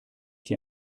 dir